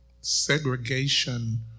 segregation